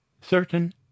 certain